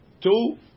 two